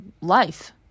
life